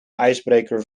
ijsbreker